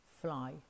fly